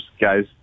guys